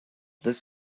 this